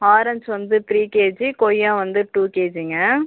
orange வந்து three KG கொய்யா வந்து டூ கேஜிங்க